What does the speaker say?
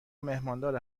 مهماندار